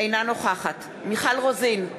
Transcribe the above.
אינה נוכחת מיכל רוזין,